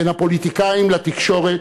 בין הפוליטיקאים לתקשורת,